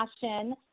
fashion